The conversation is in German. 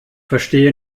verstehe